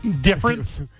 difference